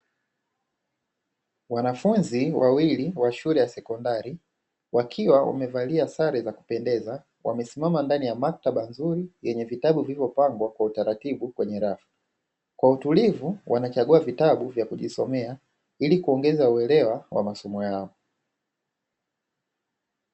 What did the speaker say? Wanafunzi wawili wa shule ya sekondari, wakiwa wamevalia sare za kupendeza wamesimama ndani ya maktaba nzuri yenye vitabu vilivyopangwa kwa utaratibu kwenye rafu, kwa utulivu wanachagua vitabu vya kujisomea, ili kuongeza uelewa wa masomo yao.